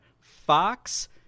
Fox